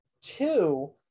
two